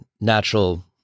natural